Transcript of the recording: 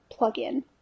plugin